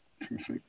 Perfect